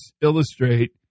illustrate